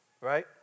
Right